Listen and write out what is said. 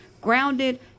grounded